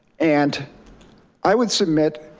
and i would submit